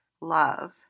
Love